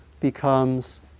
becomes